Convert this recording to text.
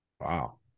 Wow